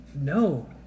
No